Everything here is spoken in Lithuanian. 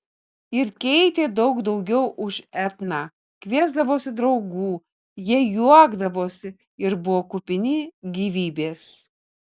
ir keitė daug daugiau už etną kviesdavosi draugų jie juokdavosi ir buvo kupini gyvybės